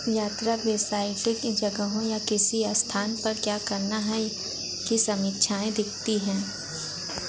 यात्रा वेबसाइटें की जगहों या किसी स्थान पर क्या करना है की समीक्षाएँ दिखती हैं